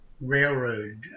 railroad